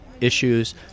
issues